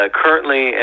currently